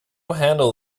handle